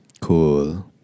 Cool